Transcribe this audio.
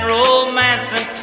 romancing